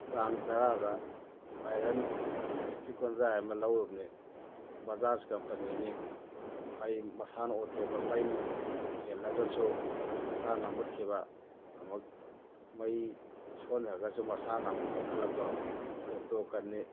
ꯇꯥꯡ ꯇꯔꯥꯗ iron electric ꯀꯣꯟꯌꯥꯏ ꯑꯃ ꯂꯧꯔꯨꯕꯅꯤ ꯕꯖꯥꯖ ꯀꯝꯄꯅꯤꯅꯤ ꯐꯩ ꯃꯁꯥꯅ ꯑꯣꯇꯣ ꯀꯠ ꯃꯩ ꯍꯦꯜꯂꯒꯁꯨ ꯃꯁꯥꯅ ꯃꯨꯠꯈꯤꯕ ꯑꯃꯨꯛ ꯃꯩ ꯁꯣꯟꯊꯔꯒꯁꯨ ꯃꯁꯥꯅ ꯑꯃꯨꯛ ꯀꯟꯈꯠꯂꯛꯄ ꯑꯣꯇꯣ ꯀꯠꯅꯤ